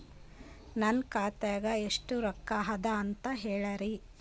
ನನ್ನ ಖಾತಾದಾಗ ಎಷ್ಟ ರೊಕ್ಕ ಅದ ಅಂತ ಹೇಳರಿ?